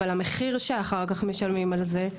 אבל המחיר שאחר כך משלמים על זה,